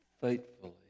faithfully